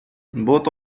both